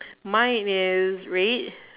mine is red